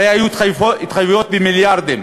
הרי היו התחייבויות במיליארדים,